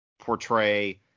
portray